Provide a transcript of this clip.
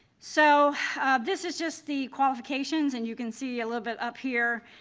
so this is just the qualifications and you can see a little bit up here,